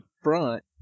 front